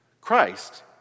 Christ